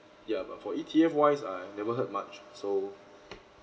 ya but for E_T_F wise I never heard much so